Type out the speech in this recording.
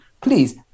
please